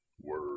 word